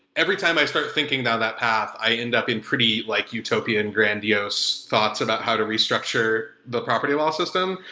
every time i start thinking down that path i end up in pretty like utopian-grandiose thoughts about how to restructure the property law system.